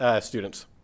students